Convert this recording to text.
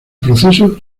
proceso